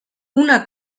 una